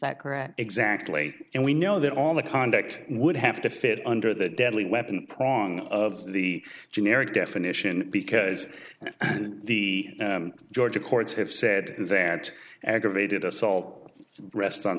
that correct exactly and we know that all the conduct would have to fit under the deadly weapon prong of the generic definition because the georgia courts have said that aggravated assault rests on